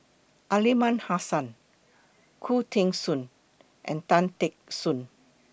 Aliman Hassan Khoo Teng Soon and Tan Teck Soon